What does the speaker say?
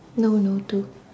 no no to